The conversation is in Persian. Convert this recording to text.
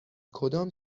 کدام